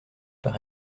par